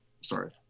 sorry